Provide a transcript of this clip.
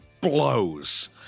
blows